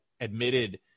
admitted